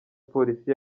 polisi